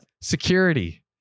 security